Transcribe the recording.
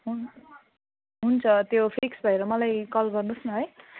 हुन् हुन्छ त्यो फिक्स भएर मलाई कल गर्नुहोस् न है